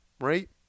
right